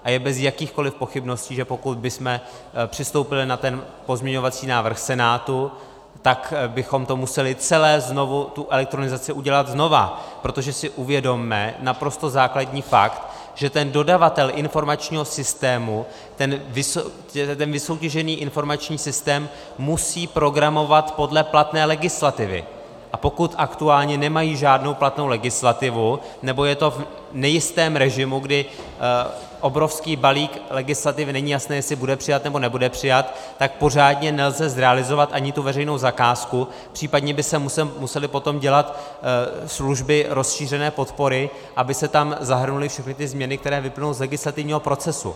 A je bez jakýchkoliv pochybností, že pokud bychom přistoupili na ten pozměňovací návrh Senátu, tak bychom to celé museli, tu elektronizaci, udělat znovu, protože si uvědomme naprosto základní fakt, že ten dodavatel informačního systému ten vysoutěžený informační systém musí programovat podle platné legislativy, a pokud aktuálně nemají žádnou platnou legislativu, nebo je to v nejistém režimu, kdy obrovský balík legislativy není jasné, jestli bude přijat, nebo nebude přijat, tak pořádně nelze zrealizovat ani tu veřejnou zakázku, případně by se musely potom dělat služby rozšířené podpory, aby se tam zahrnuly všechny ty změny, které vyplynou z legislativního procesu.